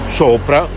sopra